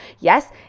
Yes